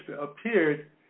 appeared